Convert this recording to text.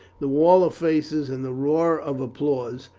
the wall of faces and the roar of applause,